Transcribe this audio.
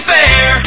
Fair